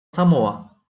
самоа